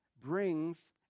brings